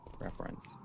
reference